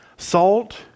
Salt